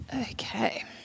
okay